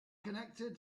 connected